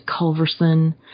culverson